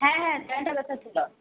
হ্যাঁ হ্যাঁ ছিল